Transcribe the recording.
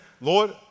Lord